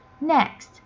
Next